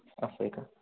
असं आहे का